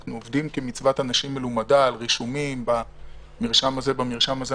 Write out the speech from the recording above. אנחנו עובדים כמצוות אנשים מלומדה על רישומים במרשם הזה ובמרשם הזה.